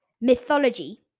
mythology